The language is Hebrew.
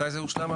מתי התהליך הושלם?